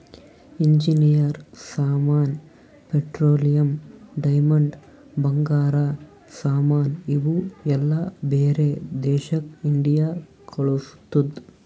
engineer ಸಾಮಾನ್, petroleum, diamond, ಬಂಗಾರ ಸಾಮಾನ್ ಇವು ಎಲ್ಲಾ ಬ್ಯಾರೆ ದೇಶಕ್ ಇಂಡಿಯಾ ಕಳುಸ್ತುದ್